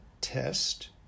test